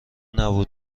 نبود